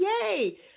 Yay